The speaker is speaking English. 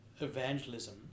evangelism